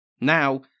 Now